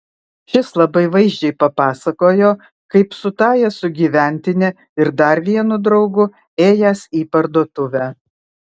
šis labai vaizdžiai papasakojo kaip su tąja sugyventine ir dar vienu draugu ėjęs į parduotuvę